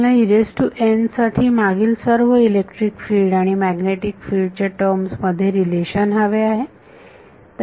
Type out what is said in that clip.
मला साठी मागील सर्व इलेक्ट्रिक फिल्ड आणि मॅग्नेटिक फिल्ड च्या टर्म मध्ये रिलेशन हवे आहे